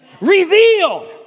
revealed